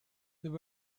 there